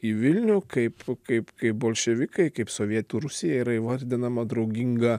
į vilnių kaip kaip kai bolševikai kaip sovietų rusija yra įvardinama drauginga